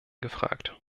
gefragt